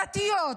דתיות,